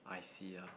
I_C ah